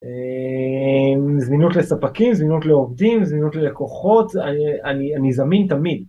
זמינות לספקים, זמינות לעובדים, זמינות ללקוחות, אני זמין תמיד.